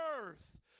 earth